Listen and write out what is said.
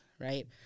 right